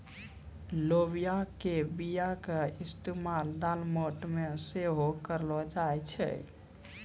लोबिया के बीया के इस्तेमाल दालमोट मे सेहो करलो जाय छै